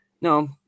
No